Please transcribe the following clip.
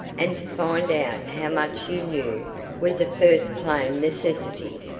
and to find out how much you knew was a first plain necessity.